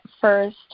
first